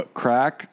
crack